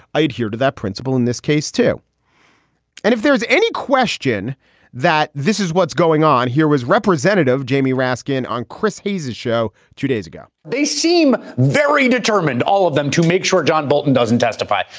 i adhere to that principle in this case, too and if there's any question that this is what's going on here was representative jamie raskin on chris hayes's show two days ago. they seem very determined. all of them to make sure john bolton doesn't testify.